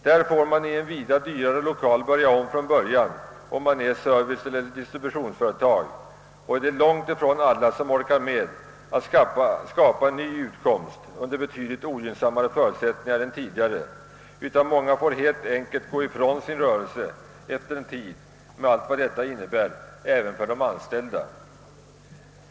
Där får man i en betydligt dyrare lokal börja om från början om det är fråga om ett serviceeller distributionsföretag. Det är långt ifrån alla som orkar med att skapa en ny utkomst under betydligt ogynnsammare förutsättningar än tidigare. Många får därför efter en tid helt enkelt gå ifrån sin rörelse med allt vad detta innebär även för de anställda.